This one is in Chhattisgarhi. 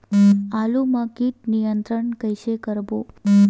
आलू मा कीट नियंत्रण कइसे करबो?